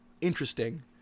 interesting